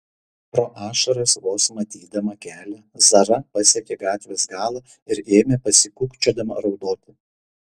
pro ašaras vos matydama kelią zara pasiekė gatvės galą ir ėmė pasikūkčiodama raudoti